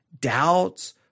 doubts